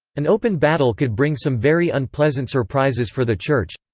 an open battle could bring some very unpleasant surprises for the church.